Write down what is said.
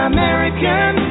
American